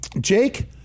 Jake